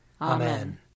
Amen